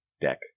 Deck